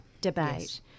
debate